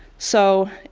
so,